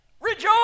rejoice